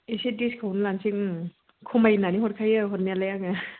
एसे डिस्काउन्ट लानोसै उम खमाय नानै हरखायो हरनायालाय आङो